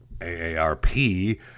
A-A-R-P